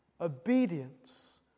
Obedience